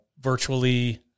virtually